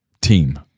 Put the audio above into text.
Team